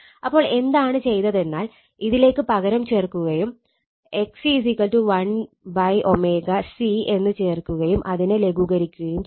അപ്പോൾ എന്താണ് ചെയ്തെതെന്നാൽ ഇതിലേക്ക് പകരം ചേർക്കുകയും XC 1ω C എന്ന് ചേർക്കുകയും അതിനെ ലഘൂകരിക്കുകയും ചെയ്തു